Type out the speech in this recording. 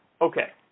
Okay